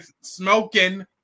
smoking